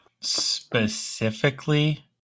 specifically